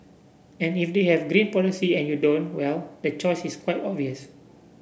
and if they have green policy and you don't well the choice is quite obvious